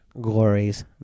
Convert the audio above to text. Glories